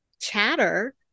chatter